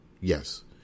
yes